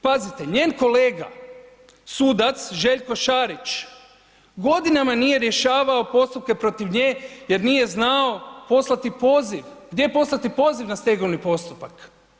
Pazite, njen kolega sudac Željko Šarić, godinama nije rješavao postupke protiv nje jer nije znao poslati poziv, gdje poslati poziv na stegovni postupak.